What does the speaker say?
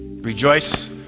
Rejoice